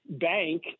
bank